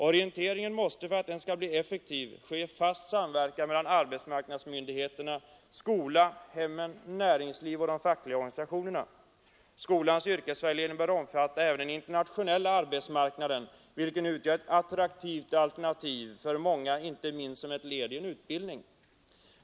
Orienteringen måste, för att den skall bli effektiv, ske i fast samverkan mellan arbetsmarknadsmyndigheterna, skolan, hemmen, näringslivet och de fackliga organisationerna. Skolans yrkesvägledning bör omfatta även den internationella arbetsmarknaden, vilken utgör ett attraktivt alternativ för många, inte minst som ett led i en utbildning.